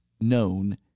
known